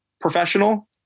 professional